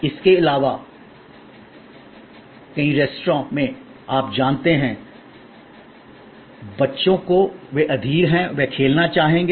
इसके अलावा कई रेस्तरां में आप जानते हैं बच्चों को वे अधीर हैं वे खेलना चाहेंगे